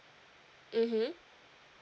mmhmm